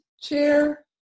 chair